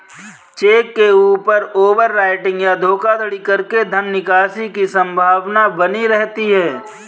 check के ऊपर overwriting या धोखाधड़ी करके धन निकासी की संभावना बनी रहती है